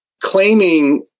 claiming